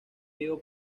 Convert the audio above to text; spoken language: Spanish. vivo